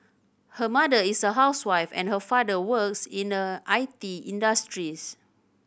her mother is a housewife and her father works in the I T industries